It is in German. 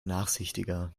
nachsichtiger